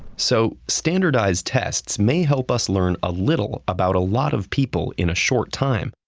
so standardized tests may help us learn a little about a lot of people in a short time,